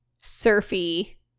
surfy